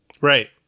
Right